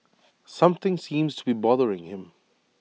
something seems to be bothering him